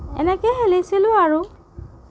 এনেকেই খেলিছিলোঁ আৰু